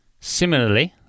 Similarly